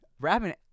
Rapping